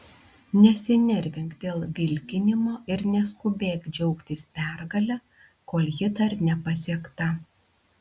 nesinervink dėl vilkinimo ir neskubėk džiaugtis pergale kol ji dar nepasiekta